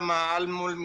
טוב שאתם אומרים,